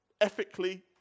Ethically